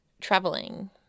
traveling